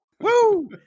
Woo